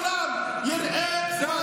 פועל באל-ג'זירה